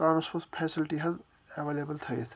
transport facility حظ available تھٲیِتھ